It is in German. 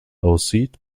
aussieht